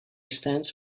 stands